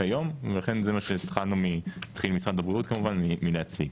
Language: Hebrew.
כיום ולכן זה מה שהתחיל משרד הבריאות להציג.